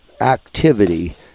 activity